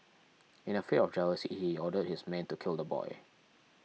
in a fit of jealousy he ordered his men to kill the boy